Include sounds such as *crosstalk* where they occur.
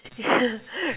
*laughs*